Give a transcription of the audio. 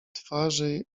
twarzy